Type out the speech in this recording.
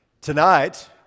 Tonight